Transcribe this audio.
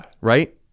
Right